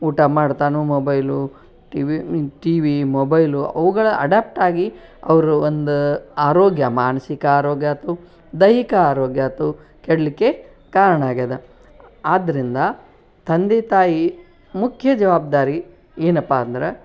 ಊಟಾ ಮಾಡ್ತಾನೂ mobile TV TV mobile ಅವುಗಳ ಅಡಾಪ್ಟ್ ಆಗಿ ಅವರು ಒಂದು ಆರೋಗ್ಯ ಮಾನಸಿಕ ಆರೋಗ್ಯ ಆಯ್ತು ದೈಹಿಕ ಆರೋಗ್ಯ ಆಯ್ತು ಕೆಡಲಿಕ್ಕೆ ಕಾರಣ ಆಗಿದೆ ಆದ್ದರಿಂದ ತಂದೆ ತಾಯಿ ಮುಖ್ಯ ಜವಾಬ್ದಾರಿ ಏನಪ್ಪಾ ಅಂದ್ರೆ